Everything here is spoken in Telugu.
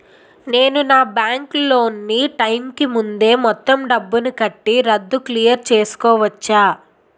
నేను నా బ్యాంక్ లోన్ నీ టైం కీ ముందే మొత్తం డబ్బుని కట్టి రద్దు క్లియర్ చేసుకోవచ్చా?